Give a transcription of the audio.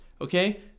okay